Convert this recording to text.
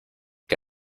que